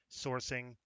sourcing